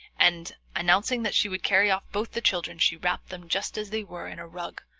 and announcing that she would carry off both the children she wrapped them just as they were in a rug,